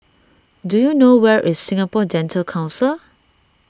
do you know where is Singapore Dental Council